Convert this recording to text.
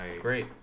Great